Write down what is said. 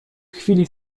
chwili